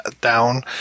down